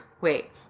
Wait